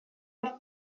els